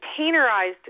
containerized